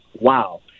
wow